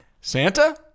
Santa